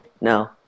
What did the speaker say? No